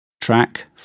Track